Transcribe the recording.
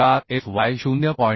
4 Fy 0